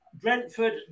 Brentford